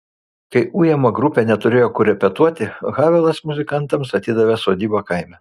kai ujama grupė neturėjo kur repetuoti havelas muzikantams atidavė sodybą kaime